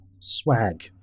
Swag